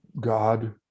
God